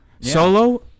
Solo